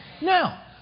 Now